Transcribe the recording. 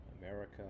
America